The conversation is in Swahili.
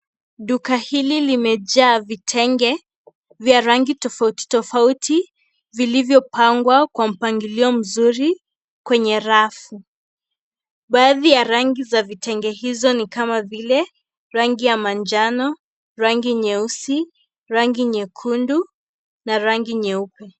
Duka hili limejaa vitenge vya rangi tofautitofauti vilivyopangwa kwa mpangilio mzuri kwenye rafu, baadhi ya rangi za vitenge hizo nikama vile rangi ya manjano, rangi nyeusi, rangi yekundu na rangi nyeupe.